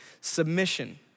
Submission